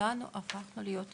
וכולנו הפכנו להיות ירוקים.